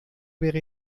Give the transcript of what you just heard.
wäre